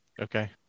Okay